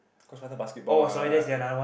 cause sometime basketball what